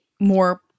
more